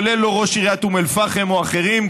כולל ראש עיריית אום אל-פחם או אחרים,